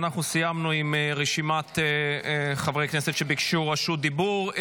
אנחנו סיימנו את רשימת חברי הכנסת שביקשו רשות דיבור.